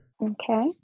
Okay